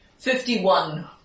Fifty-one